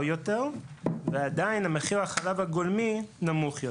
יותר ועדיין מחיר החלב הגולמי נמוך יותר.